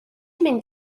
mynd